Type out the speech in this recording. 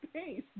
space